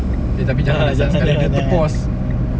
eh tapi janganlah sekali-sekali dia pause